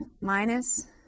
minus